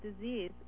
disease